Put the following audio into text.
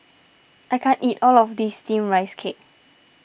I can't eat all of this Steamed Rice Cake